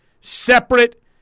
separate